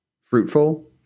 fruitful